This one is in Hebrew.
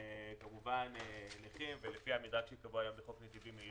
כמובן לנכים ולפי מה שנקבע בחוק נתיבים מהירים.